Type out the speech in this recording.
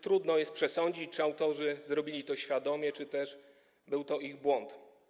Trudno jest przesądzić, czy autorzy zrobili to świadomie, czy też był to ich błąd.